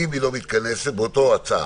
בגלל זה הדיפולט הראשוני הוא בוועדה.